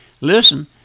listen